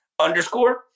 underscore